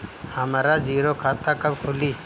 हमरा जीरो खाता कब खुली?